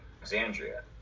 Alexandria